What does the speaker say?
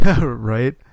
Right